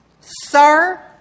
Sir